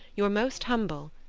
your most humble,